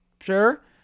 sure